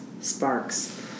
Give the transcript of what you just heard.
Sparks